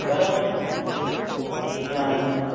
બરાબર છે હા અને